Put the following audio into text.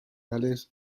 gales